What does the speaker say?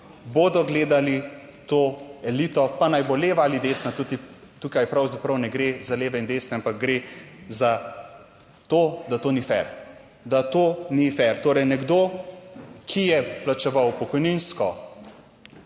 bodo gledali to elito, pa naj bo leva ali desna, tudi tukaj pravzaprav ne gre za leve in desne, ampak gre za to, da to ni fer, da to ni fer. Torej nekdo, ki je plačeval pokojninsko